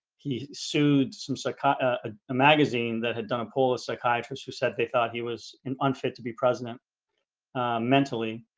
he sued some so like ah ah magazine that had done a poll of psychiatrists who said they thought he was an unfit to be president mentally